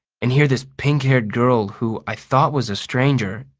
and here this pink-haired girl, who i thought was a stranger,